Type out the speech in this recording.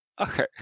okay